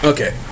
Okay